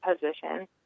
position